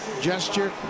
gesture